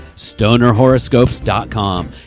Stonerhoroscopes.com